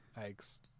eggs